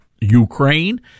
Ukraine